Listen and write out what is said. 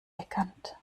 elegant